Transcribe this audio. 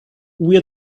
wear